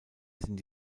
sind